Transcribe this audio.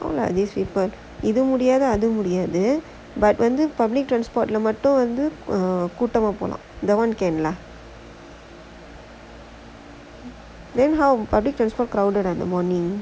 or like these people இது முடியாது அது முடியாது:ithu mudiyaathu athu mudiyaathu but வந்து:vanthu the public transport வந்து மட்டும் கூட்டமா போலாம்:vanthu mattum koottamaa polaam that [one] can lah then how public transport crowded in the morning